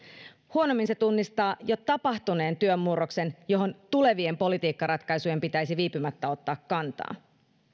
huonommin se tunnistaa jo tapahtuneen työn murroksen johon tulevien politiikkaratkaisujen pitäisi viipymättä ottaa kantaa